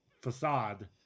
facade